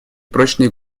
прочные